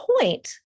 point